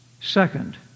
Second